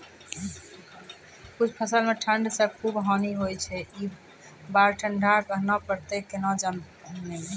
कुछ फसल मे ठंड से खूब हानि होय छैय ई बार ठंडा कहना परतै केना जानये?